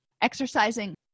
Exercising